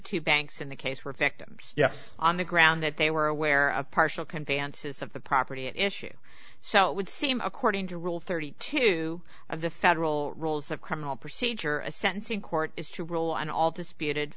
two banks in the case were victims yes on the ground that they were aware of partial conveyances of the property at issue so it would seem according to rule thirty two of the federal rules of criminal procedure a sentencing court is to rule on all disputed